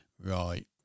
Right